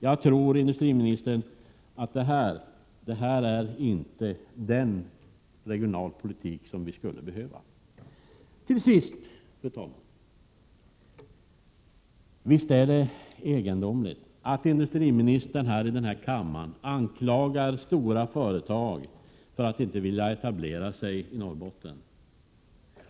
Jag tror inte att det här är den regionalpolitik som vi skulle behöva, industriministern. Till sist, fru talman: Visst är det egendomligt att industriministern här i kammaren anklagar stora företag för att inte vilja etablera sig i Norrbotten.